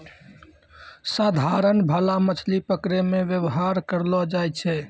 साधारण भाला मछली पकड़ै मे वेवहार करलो जाय छै